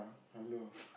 hello